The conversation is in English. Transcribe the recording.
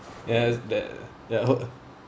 yes that that hope